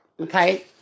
Okay